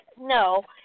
No